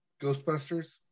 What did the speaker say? Ghostbusters